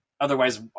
Otherwise